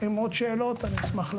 אם יש עוד שאלות, אני אשמח להשיב.